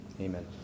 Amen